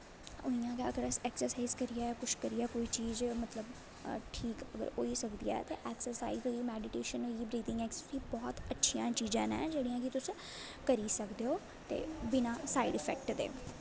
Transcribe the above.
इ'यां गै अस ऐक्सरसाइज करियै किश करियै अस ठीक अगर होई सकदी ऐ ते ऐक्सर्साईज होई मैडिटेशन होई गेआ बड़ियां अच्छियां चीजां नै तुस करी सकदे बिना साईड इफैक्ट